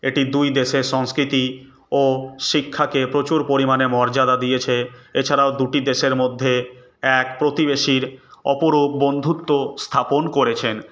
এটি দুই দেশের সংস্কৃতি ও শিক্ষাকে প্রচুর পরিমাণে মর্যাদা দিয়েছে এছাড়াও দুটি দেশের মধ্যে এক প্রতিবেশীর অপরূপ বন্ধুত্ব স্থাপন করেছেন